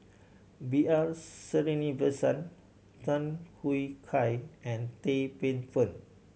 B R Sreenivasan Tham Yui Kai and Tan Paey Fern